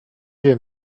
wiem